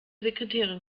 sekretärin